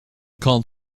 called